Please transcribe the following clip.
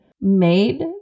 made